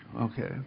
Okay